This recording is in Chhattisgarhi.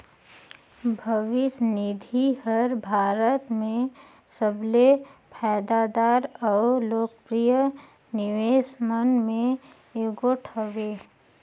भविस निधि हर भारत में सबले फयदादार अउ लोकप्रिय निवेस मन में एगोट हवें